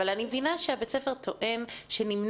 אבל אני מבינה שבית הספר טוען שנמנע